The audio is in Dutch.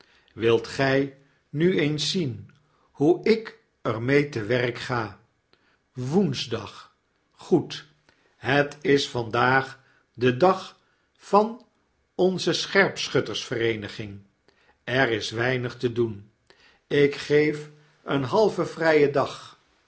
wilt gy nu eens zien hoe ikermee te werk ga woensdag goed het is vandaag de dag van onze scherpschuttersvereeniging er is weinig te doen ik geef een halven vryen dag